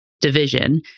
division